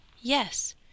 Yes